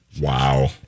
Wow